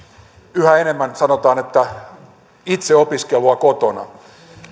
yhä enemmän sanotaan että itseopiskelua kotona